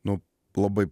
nu labai